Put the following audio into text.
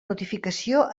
notificació